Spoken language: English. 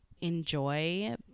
enjoy